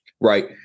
right